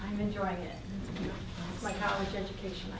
i'm enjoying my college education